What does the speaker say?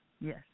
Yes